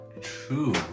true